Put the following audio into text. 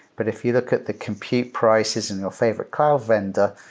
but if you look at the compute prices in your favor crowd vendor,